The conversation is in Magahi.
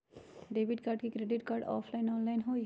Debit card credit card offline online होई?